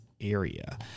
area